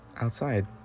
outside